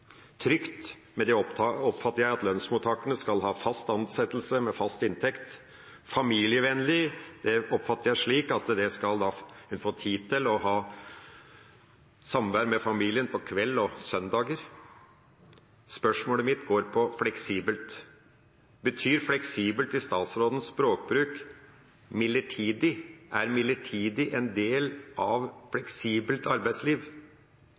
trygt, fleksibelt og familievennlig arbeidsliv». Med ordet «trygt» oppfatter jeg at lønnsmottakerne skal ha fast ansettelse med fast inntekt. Ordet «familievennlig» oppfatter jeg slik at man skal få tid til samvær med familien på kvelder og søndager. Spørsmålet mitt går på ordet «fleksibelt». Betyr «fleksibelt» i statsrådens språkbruk «midlertidig»? Er «midlertidig» en del av «fleksibelt arbeidsliv»?